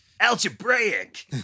Algebraic